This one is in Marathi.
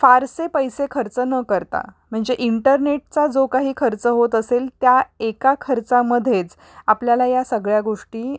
फारसे पैसे खर्च न करता म्हणजे इंटरनेटचा जो काही खर्च होत असेल त्या एका खर्चामध्येच आपल्याला या सगळ्या गोष्टी